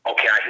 Okay